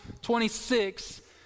26